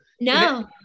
no